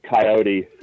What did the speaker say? coyote